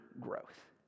growth